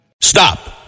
Stop